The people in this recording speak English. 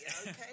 okay